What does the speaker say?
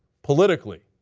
politically,